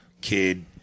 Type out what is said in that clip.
kid